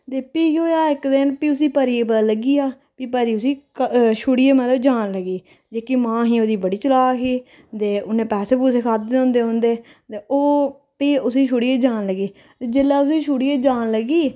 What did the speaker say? ते फ्ही केह् होएया एक्क दिन फ्ही उसी परी गी पता लग्गी गेआ फ्ही परी उसी क छुड़ियै मतलब जान लगी जेह्की मां ही ओह्दी बड़ी चलाक ही ते उन्नै पैसे पूसे खाद्धे दे होंदे उंदे ते ओह् फ्ही उसी छुड़ियै जान लगी ते जेल्लै उसी छुड़ियै जान लगी